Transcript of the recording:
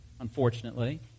unfortunately